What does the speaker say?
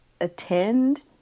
attend